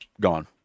gone